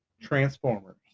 Transformers